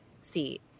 seat